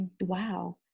wow